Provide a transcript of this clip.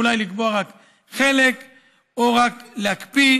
אולי לקבוע רק חלק או רק להקפיא,